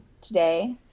today